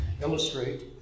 illustrate